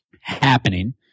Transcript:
happening